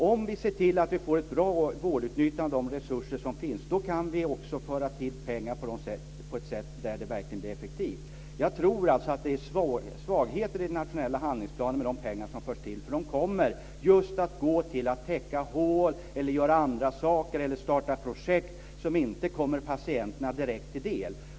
Om vi ser till att det blir ett bra vårdutnyttjande av de resurser som finns, kan vi också föra till pengar på ett sätt så att det blir verkligt effektivt. Jag tror alltså att det är svagheter i den nationella handlingsplanen med de pengar som förs till, för de kommer just att gå till att täcka hål eller starta projekt som inte kommer patienterna direkt till del.